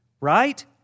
Right